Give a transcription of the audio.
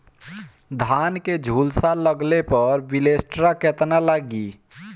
धान के झुलसा लगले पर विलेस्टरा कितना लागी?